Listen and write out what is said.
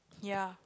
ya